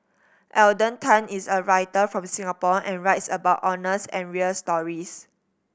Alden Tan is a writer from Singapore and writes about honest and real stories